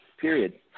period